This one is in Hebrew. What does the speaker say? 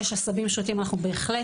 במקומות שיש עשבים שוטים אנחנו בהחלט